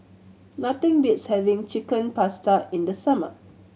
nothing beats having Chicken Pasta in the summer